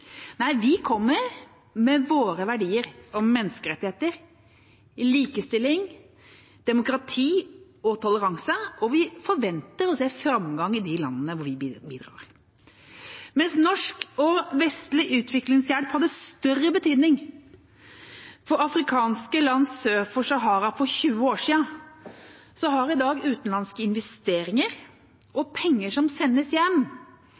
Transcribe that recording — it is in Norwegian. Nei, vi kommer med våre verdier – menneskerettigheter, likestilling, demokrati og toleranse – og vi forventer at det er framgang i de landene hvor vi bidrar. Mens norsk og vestlig utviklingshjelp hadde større betydning for afrikanske land sør for Sahara for 20 år siden, har i dag utenlandske investeringer og penger som sendes hjem